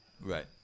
Right